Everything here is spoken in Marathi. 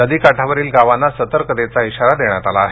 नदी काठावरील गावांना सतर्कतेचा इशारा देण्यात आला आहे